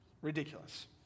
ridiculous